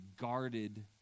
guarded